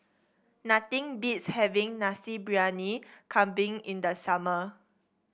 nothing beats having Nasi Briyani Kambing in the summer